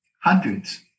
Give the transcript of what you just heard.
hundreds